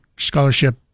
scholarship